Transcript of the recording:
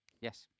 yes